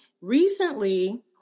Recently